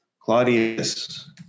Claudius